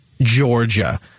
Georgia